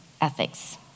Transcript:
ethics